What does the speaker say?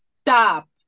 stop